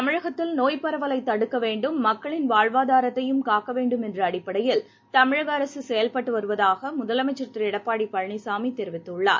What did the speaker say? தமிழகத்தில் நோய்ப் பரவலைதடுக்கவேண்டும் மக்களின் வாழ்வாதாரத்தையும் காக்கவேண்டும் என்றஅடிப்படையில் தமிழகஅரசுசெயல்பட்டுவருவதாகமுதலமைச்சர் திரு எடப்பாடிபழனிசாமிதெரிவித்துள்ளார்